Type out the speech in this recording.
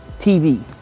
tv